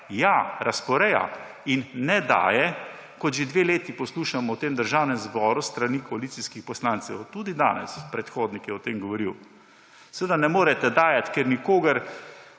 Ja, razporeja in ne daje, kot že dve leti poslušamo v tem državnem zboru s strani koalicijskih poslancev. Tudi danes je predhodnik o tem govoril. Seveda ne morete dajati, ker nikogar